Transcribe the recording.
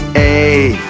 a,